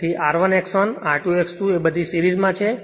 તેથી R1 X1 R2 X2 એ બધી સિરીજ માં છે